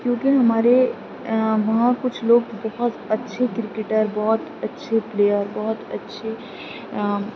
کیونکہ ہمارے وہاں کچھ لوگ بہت اچھے کرکٹر بہت اچھے پلیئر بہت اچھے